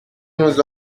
nous